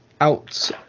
out